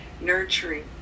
nurturing